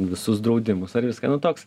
visus draudimus ar viską nu toks